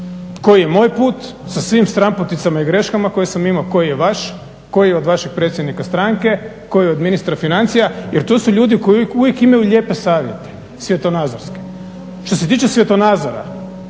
koji je moj put sa svim stranputicama i greškama koje sam imao, koji je vaš, koji je od vašeg predsjednika stranke, koji je od ministra financija jer tu su ljudi koji uvijek imaju lijepe savjete, svjetonazorske. Što se tiče svjetonazora,